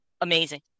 amazing